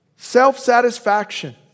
Self-satisfaction